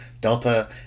Delta